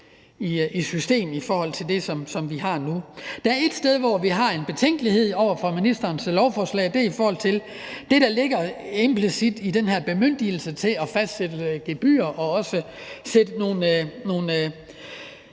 i system i forhold til det, som vi har nu. Der er et sted i ministerens lovforslag, hvor vi har en betænkelighed. Det angår det, der ligger implicit i den her bemyndigelse til at fastsætte gebyrer og også fastsætte nogle